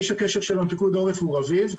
איש הקשר שלנו בפיקוד העורף הוא אביב,